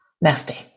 nasty